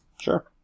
Sure